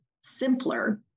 simpler